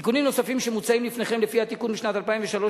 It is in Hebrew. תיקונים נוספים שמוצעים לפניכם: לפי התיקון משנת 2003,